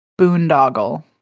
Boondoggle